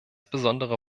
besondere